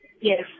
Yes